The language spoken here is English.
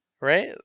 right